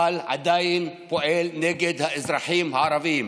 אבל עדיין פועל נגד האזרחים הערבים.